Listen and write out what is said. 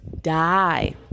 die